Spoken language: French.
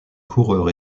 coureurs